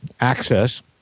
access